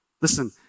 Listen